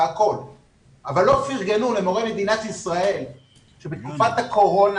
אבל לא פרגנו למורי מדינת ישראל שבתקופת הקורונה